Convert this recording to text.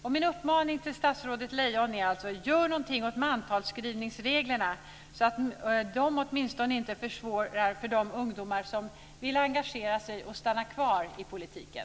Min uppmaning till statsrådet Lejon är alltså: Gör någonting åt reglerna för mantalsskrivning så att de åtminstone inte försvårar för de ungdomar som vill engagera sig och stanna kvar i politiken!